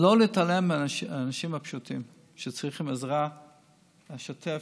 לא להתעלם מהאנשים הפשוטים שצריכים עזרה בשוטף,